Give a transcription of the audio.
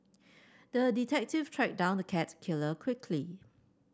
the detective tracked down the cat killer quickly